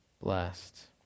blessed